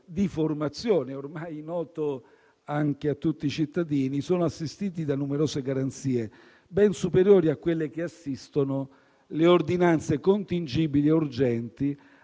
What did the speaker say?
di formazione ormai noto anche a tutti i cittadini, sono assistiti da numerose garanzie, ben superiori a quelle che assistono le ordinanze contingibili e urgenti,